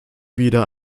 wieder